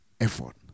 effort